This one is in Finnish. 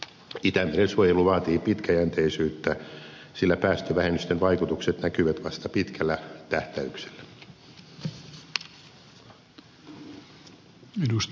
itämeren suojelu vaatii pitkäjänteisyyttä sillä päästövähennysten vaikutukset näkyvät vasta pitkällä tähtäyksellä